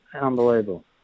Unbelievable